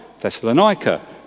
Thessalonica